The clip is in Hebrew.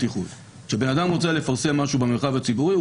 כשבן אדם רוצה לפרסם משהו במרחב הציבורי,